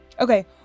Okay